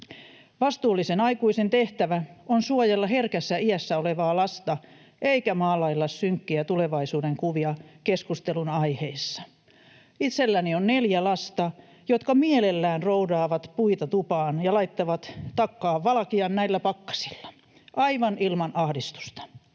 Vastuullisen aikuisen tehtävä on suojella herkässä iässä olevaa lasta eikä maalailla synkkiä tulevaisuudenkuvia keskustelunaiheissa. Itselläni on neljä lasta, jotka mielellään roudaavat puita tupaan ja laittavat takkaan valkean näillä pakkasilla — aivan ilman ahdistusta.